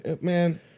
Man